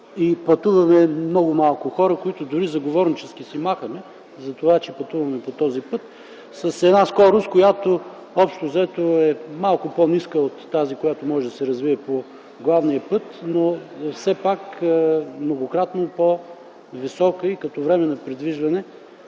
пътуваме много малко хора, които дори заговорнически си махаме. Пътуваме по този път със скорост, която, общо взето, е малко по-ниска от тази, която може да се развие по главния път, но все пак многократно по-висока - като време на придвижване